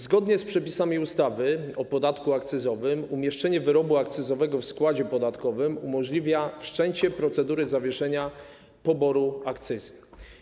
Zgodnie z przepisami ustawy o podatku akcyzowym umieszczenie wyrobu akcyzowego w składzie podatkowym umożliwia wszczęcie procedury zawieszenia poboru akcyzy.